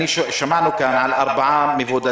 שמענו כאן על 4 מבודדים.